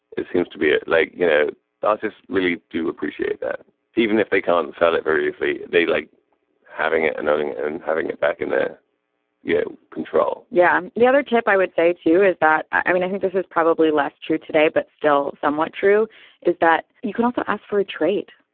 it seems to be like you know the artist really do appreciate that even if they can't sell it very easily. they like having it and owning and having it back in their yeah control yeah the other tip i would say to you is that i mean i think this is probably less true today but still somewhat true is that you can also ask for a trade.